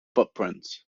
footprints